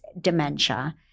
dementia